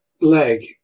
leg